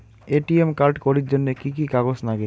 ATM card করির জন্যে কি কি কাগজ নাগে?